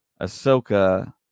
Ahsoka